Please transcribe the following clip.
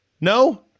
no